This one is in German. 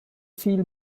viel